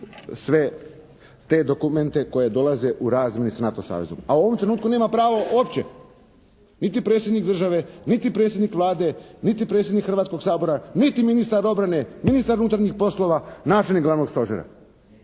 sve te dokumente koji dolaze u razmjeni s NATO savezom. A u ovom trenutku nema pravo uopće niti predsjednik države, niti predsjednik Vlade, niti predsjednik Hrvatskog sabora, niti ministar obrane, ministar unutarnjih poslova, načelnik glavnog stožera.